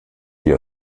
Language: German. die